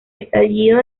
estallido